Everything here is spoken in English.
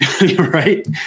Right